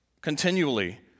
continually